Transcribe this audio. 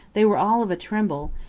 they were all of a tremble,